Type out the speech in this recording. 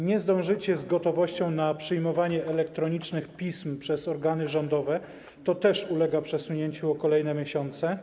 Nie zdążycie z gotowością na przyjmowanie elektronicznych pism przez organy rządowe - to też ulega przesunięciu o kolejne miesiące.